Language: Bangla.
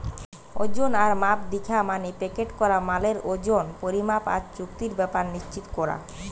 ওজন আর মাপ দিখা মানে প্যাকেট করা মালের ওজন, পরিমাণ আর চুক্তির ব্যাপার নিশ্চিত কোরা